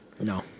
No